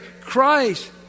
Christ